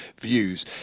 views